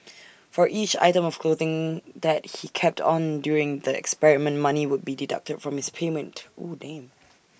for each item of clothing that he kept on during the experiment money would be deducted from his payment